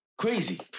crazy